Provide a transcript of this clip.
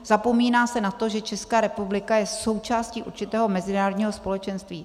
Zapomíná se na to, že Česká republika je součástí určitého mezinárodního společenství.